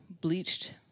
bleached